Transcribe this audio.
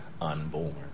unborn